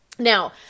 Now